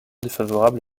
défavorable